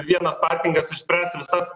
vienas parkingas išspręs visas